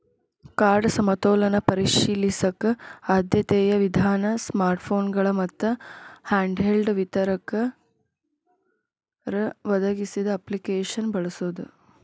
card ಸಮತೋಲನ ಪರಿಶೇಲಿಸಕ ಆದ್ಯತೆಯ ವಿಧಾನ ಸ್ಮಾರ್ಟ್ಫೋನ್ಗಳ ಮತ್ತ ಹ್ಯಾಂಡ್ಹೆಲ್ಡ್ ವಿತರಕರ ಒದಗಿಸಿದ ಅಪ್ಲಿಕೇಶನ್ನ ಬಳಸೋದ